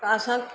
कासां